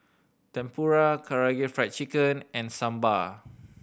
Tempura Karaage Fried Chicken and Sambar